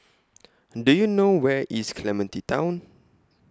Do YOU know Where IS Clementi Town